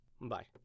bye